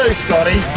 ah scotty.